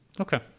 Okay